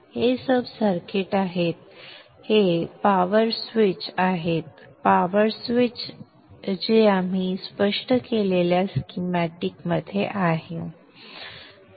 हे sub circuit आहेत हे पॉवर स्विच आहे पॉवर स्विच आहे जे आपण स्पष्ट केलेल्या स्कीमॅटिकमध्ये आहे